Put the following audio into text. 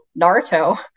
Naruto